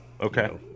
Okay